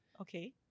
Okay